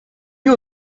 you